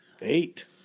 Eight